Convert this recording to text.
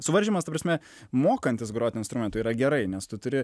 suvaržymas ta prasme mokantis groti instrumentu yra gerai nes tu turi